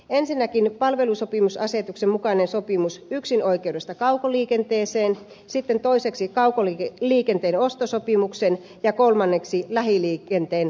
ensinnäkin palvelusopimusasetuksen mukaisen sopimuksen yksinoikeudesta kaukoliikenteeseen toiseksi kaukoliikenteen ostosopimuksen ja kolmanneksi lähiliikenteen ostosopimuksen